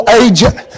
agent